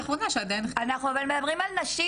מדברים על נשים,